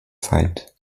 feind